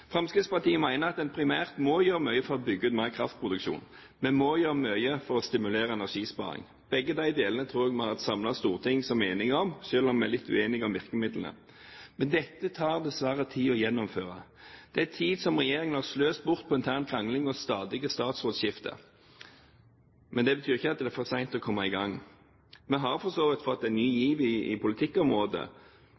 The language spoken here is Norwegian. Fremskrittspartiet mener at en primært må gjøre mye for å bygge ut mer kraft, og vi må gjøre mye for å stimulere energisparing. Begge deler tror jeg et samlet storting er enig om, selv om vi er litt uenige om virkemidlene. Men det tar dessverre tid å gjennomføre dette – tid som regjeringen har sløst bort på intern krangling og stadige statsrådsskifter. Men det betyr ikke at det er for sent å komme i gang. Vi har for så vidt fått en ny